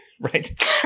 right